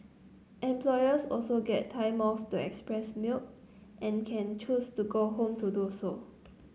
employees also get time off to express milk and can choose to go home to do so